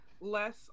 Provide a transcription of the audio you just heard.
less